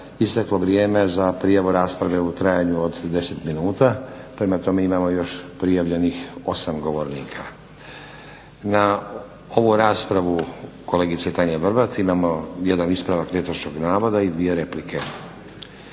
isteklo vrijeme za prijavu rasprave u trajanju od 10 minuta. Prema tome imamo još prijavljenih 8 govornika. Na ovu raspravu kolegice Tanje Vrbat imamo jedan ispravak netočnog navoda i dvije replike.